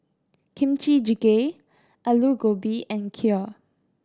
Kimchi Jjigae Alu Gobi and Kheer